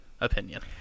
opinion